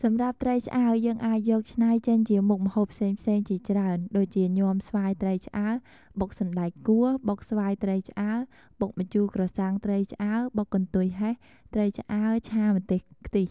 សម្រាប់ត្រីឆ្អើរយើងអាចយកច្នៃចេញជាមុខម្ហូបផ្សេងៗជាច្រើន ដូចជាញាំស្វាយត្រីឆ្អើរ បុកសណ្ដែកគួរ បុកស្វាយត្រីឆ្អើរ បុកម្ជូរក្រសាំងត្រីឆ្អើរ បុកកន្ទុយហេះ ត្រីឆ្អើរឆាម្ទេសខ្ទិះ...។